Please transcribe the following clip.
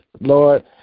Lord